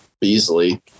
Beasley